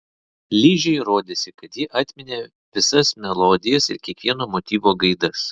ližei rodėsi kad ji atminė visas melodijas ir kiekvieno motyvo gaidas